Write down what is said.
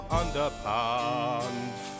underpants